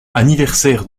anniversaire